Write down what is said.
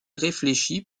réfléchit